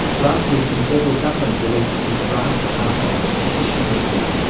last week the federal government released the draft harper competition review.